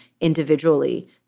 individually